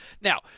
Now